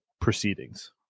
proceedings